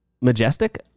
majestic